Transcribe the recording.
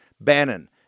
Bannon